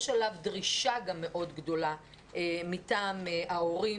יש עליו דרישה גם מאוד גדולה מטעם ההורים